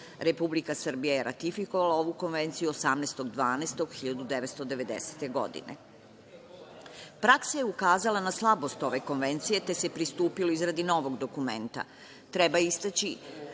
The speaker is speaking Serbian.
Republika Srbija je ratifikovala ovu konvenciju 18.12.1990. godine. Praksa je ukazala na slabost ove Konvencije, te se pristupilo izradi novog dokumenta. Treba istaći